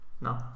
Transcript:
No